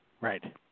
Right